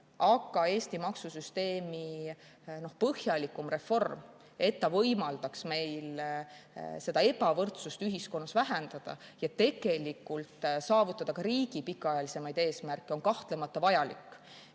Aga Eesti maksusüsteemi põhjalikum reform, et ta võimaldaks meil ebavõrdsust ühiskonnas vähendada ja tegelikult saavutada ka riigi pikaajalisemaid eesmärke, on kahtlemata vajalik.